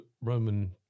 Roman